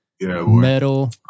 metal